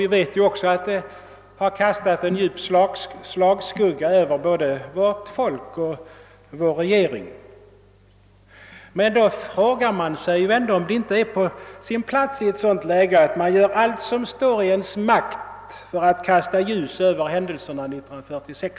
Vi vet ju också att det kastat en djup slag skugga över både vårt folk och vår regering. Man frågar sig dock, om det inte i ett sådant läge är på sin plats att allt göres som står i vår makt för att kasta ljus över händelserna 1946.